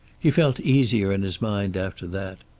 he felt easier in his mind after that.